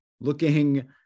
looking